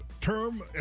term